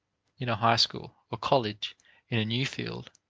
in a high school or college in a new field,